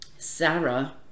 Sarah